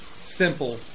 simple